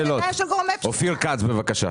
חבר הכנסת אופיר כץ, בבקשה.